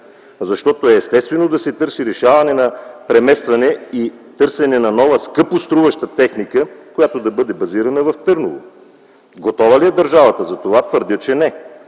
защото естествено е да се търси решение за преместване и търсене на нова скъпоструваща техника, която да бъде базирана в Търново. Готова ли е държавата за това? Твърдя, че не